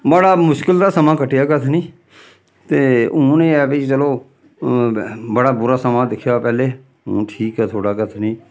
बड़ा मुश्कल दा समां कट्टेआ कथनी ते हून एह् ऐ भाई चलो बड़ा बुरा समां दिक्खेआ पैह्लें हून ठीक ऐ थोह्ड़ा कथनी